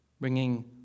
bringing